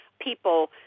people